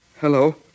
Hello